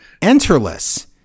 Enterless